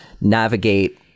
navigate